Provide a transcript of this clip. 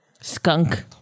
skunk